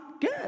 good